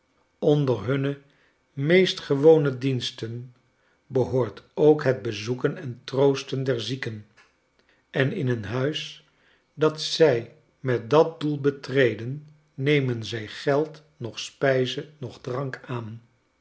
onder hunne meest gewone diensten behoort ook het bczoeken en troosten der zieken en in een huis dat zij met dat doel betreden nemen zij geld noch spijze noch drank aan